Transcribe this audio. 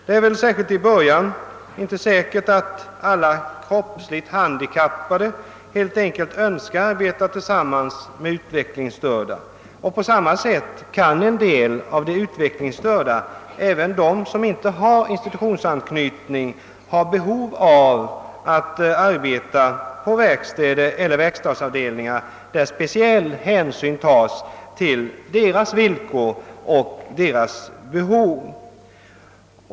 Det är särskilt i början inte säkert att alla kroppsligt handikappade önskar arbeta tillsammans med utvecklingsstörda; på samma sätt kan en del av de utvecklingsstörda — även de som inte har institutionsanknytning — ha ett behov av att arbeta på verkstäder eller verkstadsavdelningar, där speciell hänsyn tas till deras villkor och deras behov.